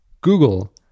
Google